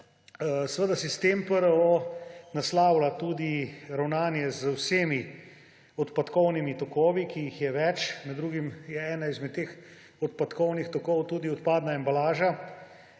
Seveda sistem-PRO naslavlja tudi ravnanje z vsemi odpadkovnimi tokovi, ki jih je več. Med drugim je eden izmed teh odpadkovnih tokov tudi odpadna embalaža,